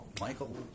Michael